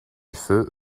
feu